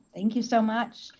thank you so much?